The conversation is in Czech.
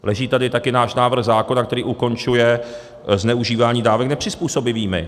Leží tady také náš návrh zákona, který ukončuje zneužívání dávek nepřizpůsobivými.